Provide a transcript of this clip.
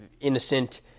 innocent